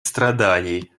страданий